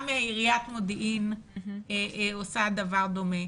גם עיריית מודיעין עושה דבר דומה.